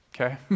Okay